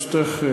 ברשותך,